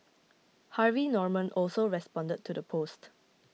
Harvey Norman also responded to the post